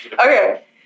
Okay